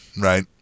right